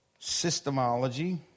systemology